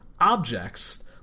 objects